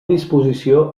disposició